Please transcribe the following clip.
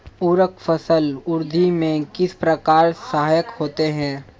उर्वरक फसल वृद्धि में किस प्रकार सहायक होते हैं?